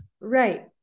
right